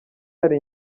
hari